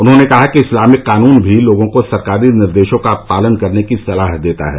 उन्होंने कहा कि इस्लामिक कानून भी लोगों को सरकारी निर्देशों का पालन करने की सलाह देता है